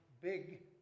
big